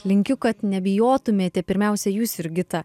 linkiu kad nebijotumėte pirmiausia jūs jurgita